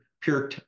pure